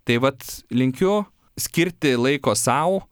taip vat linkiu skirti laiko sau